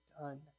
done